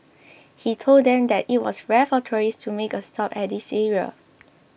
he told them that it was rare for tourists to make a stop at this area